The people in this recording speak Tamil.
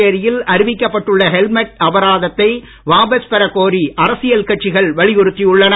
புதுச்சேரியில் அறிவிக்கப்பட்டுள்ள ஹெல்மெட் அபராதத்தை வாபஸ் பெறக் கோரி அரசியல் கட்சிகள் வலியுறுத்தி உள்ளன